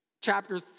Chapter